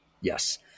Yes